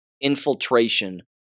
infiltration